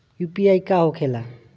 UPI का होके ला?